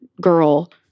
girl